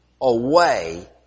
away